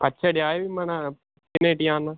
పచ్చడివా ఇవి మన తినేటివా అమ్మ